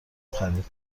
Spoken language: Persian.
خرید